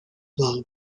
love